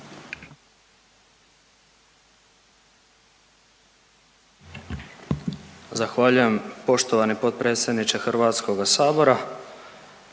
Hvala lijepo poštovani potpredsjedniče Hrvatskog sabora,